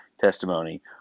testimony